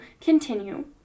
continue